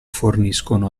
forniscono